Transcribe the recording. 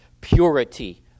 Purity